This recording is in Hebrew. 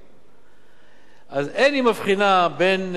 אז אין היא מבחינה בין משקיע בדירות